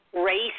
race